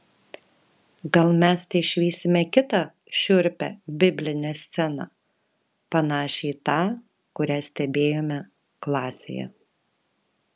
gal mes teišvysime kitą šiurpią biblinę sceną panašią į tą kurią stebėjome klasėje